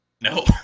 No